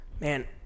man